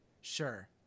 Sure